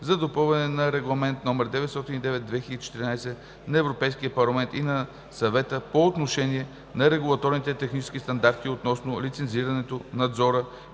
за допълване на Регламент (ЕС) № 909/2014 на Европейския парламент и на Съвета по отношение на регулаторните технически стандарти относно лицензирането, надзора